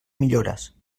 millores